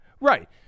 right